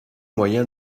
moyen